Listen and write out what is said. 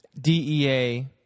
DEA